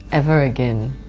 ever again.